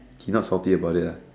he not faulty about it lah